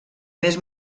més